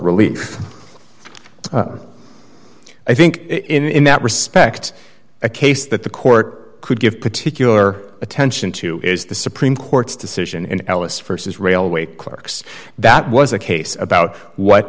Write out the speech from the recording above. relief i think in that respect a case that the court could give particular attention to is the supreme court's decision in ellis st as railway clerks that was a case about what